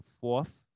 fourth